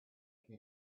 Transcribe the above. taken